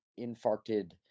infarcted